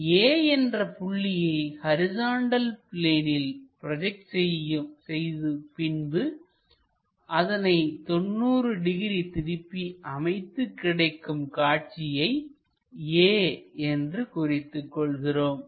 இனி A என்ற புள்ளியை ஹரிசாண்டல் பிளேனில் ப்ரோஜெக்ட் செய்து பின்பு அதனை 90 டிகிரி திருப்பி அமைத்து கிடைக்கும் காட்சியினை a என்று குறித்துக் கொள்கிறோம்